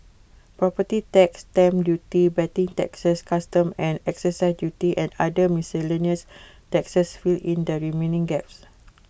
property tax stamp duty betting taxes customs and excise duties and other miscellaneous taxes fill in the remaining gaps